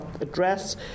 Address